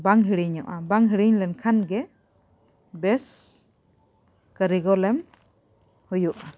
ᱵᱟᱝ ᱦᱤᱲᱤᱧᱚᱜᱼᱟ ᱵᱟᱝ ᱦᱤᱲᱤᱧ ᱞᱮᱱᱠᱷᱟᱱ ᱜᱮ ᱵᱮᱥ ᱠᱟᱹᱨᱤᱜᱚᱞᱮᱢ ᱦᱩᱭᱩᱜᱼᱟ